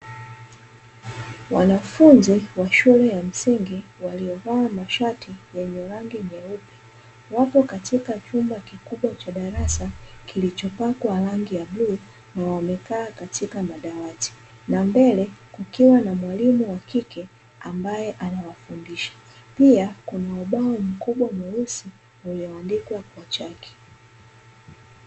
Wanafunzi wa shule ya msingi waliovaa mashati yenye rangi nyeupe, wapo katika chumba kikubwa cha darasa kilichopakwa rangi ya bluu na wamekaa katika madawati, na mbele kukiwa na mwalimu wa kike ambaye anawafundisha. Pia kuna ubao mkubwa mweusi ulioandikwa kwa chaki.